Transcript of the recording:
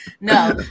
no